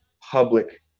public